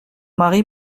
mari